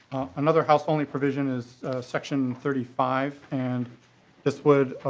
another house only provision is section thirty five and this would